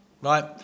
Right